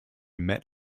met